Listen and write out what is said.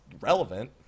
relevant